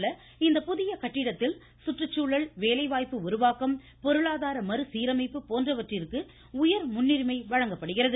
உள்ள இந்த புதிய கட்டிடத்தில் கற்றுச்சூழல் வேலைவாய்ப்பு உருவாக்கம் பொருளாதார மறு சீரமைப்பு போன்றவற்றிற்கு உயர் முன்னுரிமை வழங்கப்படுகிறது